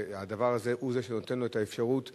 הדבר הזה הוא שנותן לו את האפשרות להתקבל,